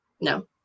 No